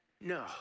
no